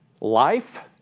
life